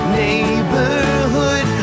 neighborhood